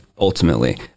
ultimately